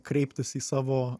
kreiptis į savo